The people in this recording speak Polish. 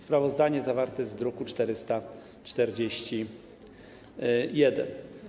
Sprawozdanie zawarte jest w druku nr 441.